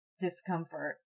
discomfort